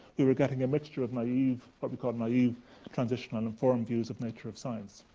we were getting a mixture of naive what we call naive transitional and informed views of nature of science.